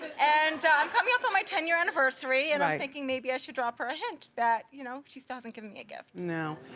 and i'm coming up on my ten year anniversary and i'm thinking maybe i should drop her a hint, that you know she still hasn't given me a gift. no.